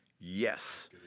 yes